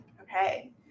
Okay